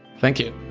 thank you